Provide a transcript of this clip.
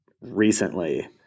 recently